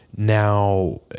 Now